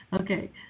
okay